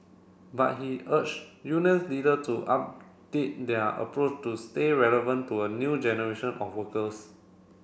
but he urge unions leader to update their approach to stay relevant to a new generation of workers